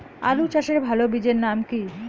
আলু চাষের ভালো বীজের নাম কি?